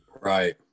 Right